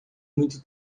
muito